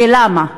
ולמה?